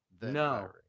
No